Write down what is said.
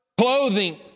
Clothing